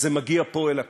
וזה מגיע פה אל הקצה.